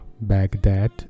Baghdad